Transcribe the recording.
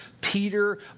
Peter